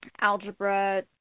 Algebra